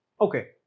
Okay